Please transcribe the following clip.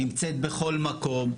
נמצאת בכל מקום.